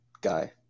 guy